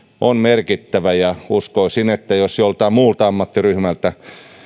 on merkittävä uskoisin että jos joltain muulta ammattiryhmältä